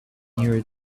near